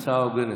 הצעה הוגנת.